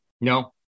No